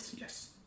Yes